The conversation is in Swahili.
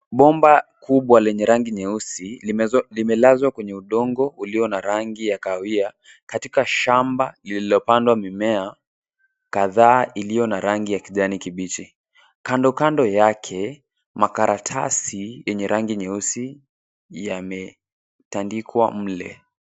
Bomba kubwa lenye rangi nyeusi limelazwa kwenye udongo ulio na rangi ya kahawia .Katika shamba lililopandwa mimea kadhaa ilio na rangi ya kijani kibichi .Kando Kando yake, makaratasi yenye rangi nyeusi yametandikwa mle.